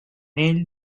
ell